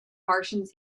martians